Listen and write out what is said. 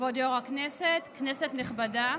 כבוד יו"ר הישיבה, כנסת נכבדה,